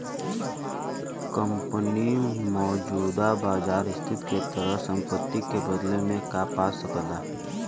company मौजूदा बाजार स्थिति के तहत संपत्ति के बदले में का पा सकला